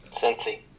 Sexy